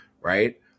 right